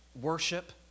worship